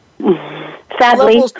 Sadly